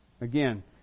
again